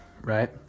right